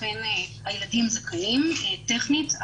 אכן הילדים זכאים טכנית.